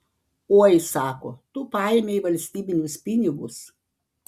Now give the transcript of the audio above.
oi sako tu paėmei valstybinius pinigus